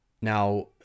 Now